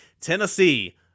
tennessee